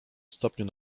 stopniu